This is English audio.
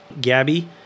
Gabby